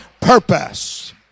purpose